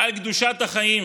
על קדושת החיים